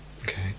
Okay